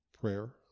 prayer